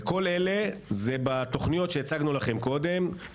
כל אלה הם בתוכניות שהצגנו לכם קודם,